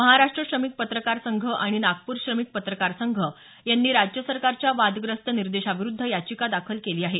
महाराष्ट श्रमिक पत्रकार संघ आणि नागपूर श्रमिक पत्रकार संघ यांनी राज्य सरकारच्या वादग्रस्त निर्देशाविरुद्ध याचिका दाखल केली आहे